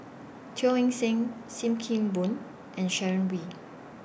Teo Eng Seng SIM Kee Boon and Sharon Wee